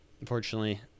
unfortunately